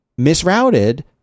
misrouted